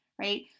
right